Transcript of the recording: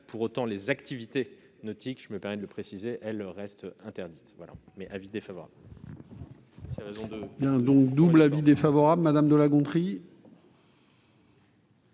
Pour autant, les activités nautiques, je me permets de le préciser, restent interdites. La parole